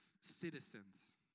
citizens